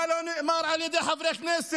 מה לא נאמר על ידי חברי כנסת,